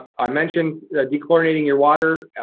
i mentioned de-chlorinating your water.